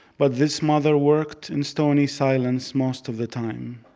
but this mother worked in stony silence most of the time.